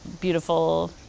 beautiful